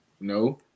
No